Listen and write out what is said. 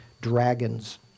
Dragons